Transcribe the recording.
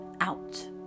out